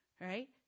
right